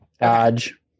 Dodge